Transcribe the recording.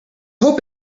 hope